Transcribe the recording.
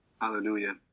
Hallelujah